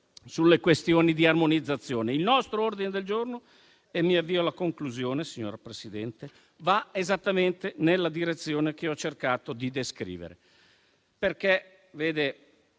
sulle questioni di armonizzazione. Il nostro ordine del giorno - mi avvio alla conclusione, signora Presidente - va esattamente nella direzione che ho cercato di descrivere. C'è una bella